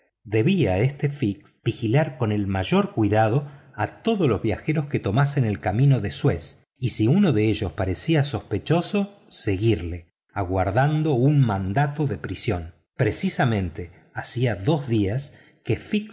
debía este fix vigilar con el mayor cuidado a todos los viajeros que tomasen el camino de suez y si uno de ellos parecía sospechoso seguirlo aguardando un mandato de prisión precisamente hacía dos días que fix